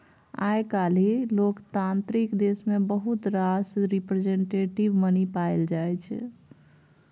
आइ काल्हि लोकतांत्रिक देश मे बहुत रास रिप्रजेंटेटिव मनी पाएल जाइ छै